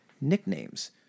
nicknames